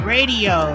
Radio